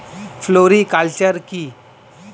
Floriculture কি?